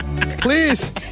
Please